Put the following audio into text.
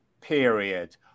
Period